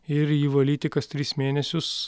ir jį valyti kas tris mėnesius